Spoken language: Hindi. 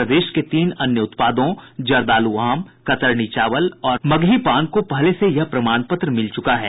प्रदेश के तीन अन्य उत्पादों जर्दालु आम कतरनी चावल और मगही पान को पहले से यह प्रमाण पत्र मिल चुका है